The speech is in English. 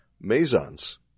Maisons